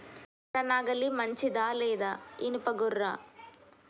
కర్ర నాగలి మంచిదా లేదా? ఇనుప గొర్ర?